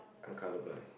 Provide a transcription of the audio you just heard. I'm colour blind